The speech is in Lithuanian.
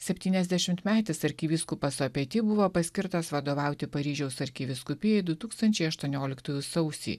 septyniasdešimtmetis arkivyskupas opety buvo paskirtas vadovauti paryžiaus arkivyskupijai du tūkstančiai aštuonioliktųjų sausį